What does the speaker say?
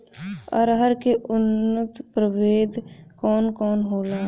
अरहर के उन्नत प्रभेद कौन कौनहोला?